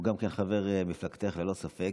הוא גם חבר מפלגתך ללא ספק.